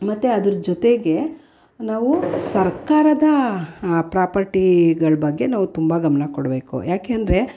ಮತ್ತು ಅದರ ಜೊತೆಗೆ ನಾವು ಸರ್ಕಾರದ ಪ್ರಾಪರ್ಟೀಗಳ ಬಗ್ಗೆ ನಾವು ತುಂಬ ಗಮನ ಕೊಡಬೇಕು ಯಾಕೆಂದರೆ